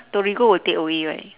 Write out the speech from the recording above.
torigo will takeaway right